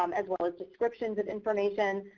um as well as descriptions of information.